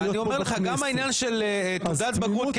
גם העניין של תעודת בגרות,